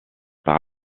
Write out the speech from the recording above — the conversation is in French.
par